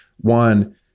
One